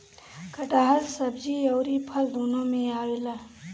कटहल सब्जी अउरी फल दूनो में आवेला